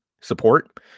support